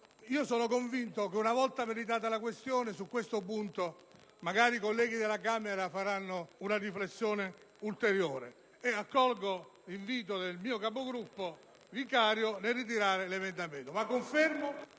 sono però convinto che, una volta meditata la questione, su questo punto magari i colleghi della Camera faranno una riflessione ulteriore. Accolgo quindi l'invito del mio Capogruppo vicario e ritiro l'emendamento 4.140, pur confermando